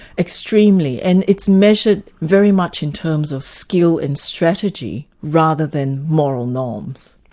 extremely. and it's measured very much in terms of skill and strategy rather than moral norms.